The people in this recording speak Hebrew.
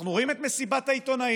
אנחנו רואים את מסיבת העיתונאים,